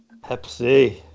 Pepsi